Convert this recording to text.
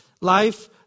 Life